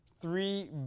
three